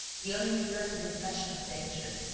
the uninterrupted impression of danger!